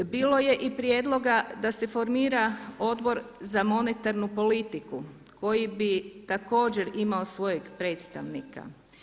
Bilo je i prijedloga da se formira Odbor za monetarnu politiku koji bi također imao svojeg predstavnika.